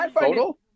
Total